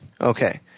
Okay